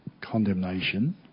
condemnation